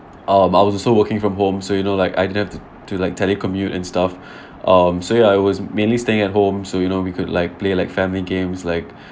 um I was also working from home so you know like I didn't have to like telecommute and stuff um so ya I was mainly staying at home so you know we could like play like family games like